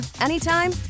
anytime